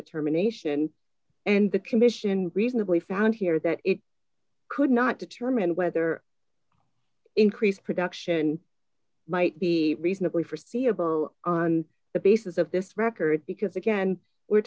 determination and the commission reasonably found here that it could not determine whether increased production might be reasonably forseeable on the basis of this record because again we're